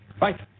Right